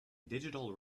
digital